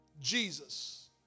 Jesus